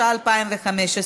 התשע"ו 2016,